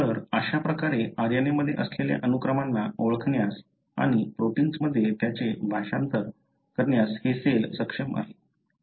तर अशा प्रकारे RNA मध्ये असलेल्या अनुक्रमांना ओळखण्यास आणि प्रोटिन्समध्ये त्यांचे भाषांतर करण्यास हे सेल सक्षम आहे